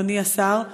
אדוני השר.